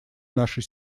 нашей